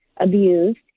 abused